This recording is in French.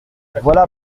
voilà